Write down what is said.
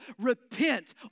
repent